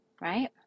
right